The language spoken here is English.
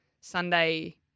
Sunday